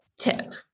tip